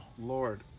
Lord